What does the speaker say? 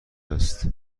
است